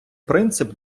принцип